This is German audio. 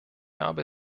habe